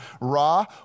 Ra